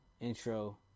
intro